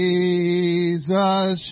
Jesus